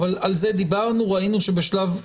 על זה דיברנו, ראינו שבשלב,